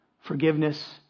forgiveness